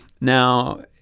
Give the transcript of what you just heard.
now